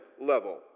level